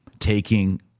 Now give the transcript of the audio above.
taking